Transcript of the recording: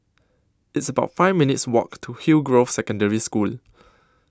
It's about five minutes' Walk to Hillgrove Secondary School